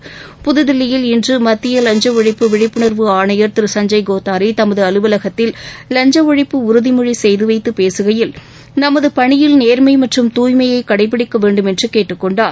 விழிப்புணர்வு புதுதில்லியில் மத்திய லஞ்சஒழிப்பு இன்று ஆணையர் திரு சஞ்சய் கோத்தாரி தமது அலுவலகத்தில் வஞ்சஒழிப்பு உறுதிமொழி செய்துவைத்து பேசுகையில் நமது பணியில் நேர்மை மற்றும் தூய்மையை கடைபிடிக்கவேண்டும் என்று கேட்டுக்கொண்டார்